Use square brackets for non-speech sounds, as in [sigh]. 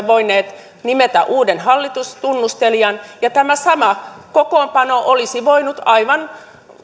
[unintelligible] voineet nimetä uuden hallitustunnustelijan ja tämä sama kokoonpano olisi voitu aivan